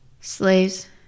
slaves